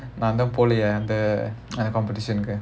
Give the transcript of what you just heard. நான் தான் போலயே அந்த அந்த:naan thaan polayae antha antha competition கு:ku